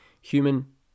human